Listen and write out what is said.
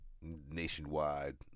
Nationwide